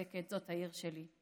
// צועקת, זאת העיר שלי.